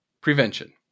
prevention